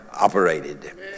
operated